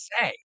say